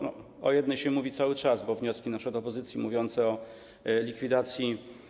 No, o jednej mówi się cały czas, bo wnioski np. opozycji mówiące o likwidacji.